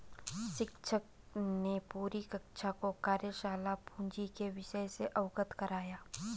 शिक्षक ने पूरी कक्षा को कार्यशाला पूंजी के विषय से अवगत कराया